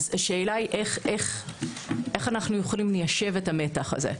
איך אנו יכולים ליישב את המתח הזה?